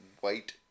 white